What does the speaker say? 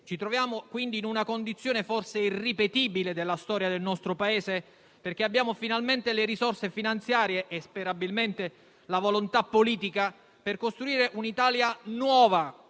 Ci troviamo, quindi, in una condizione forse irripetibile della storia del nostro Paese perché abbiamo finalmente le risorse finanziare e, sperabilmente, la volontà politica per costruire un'Italia nuova,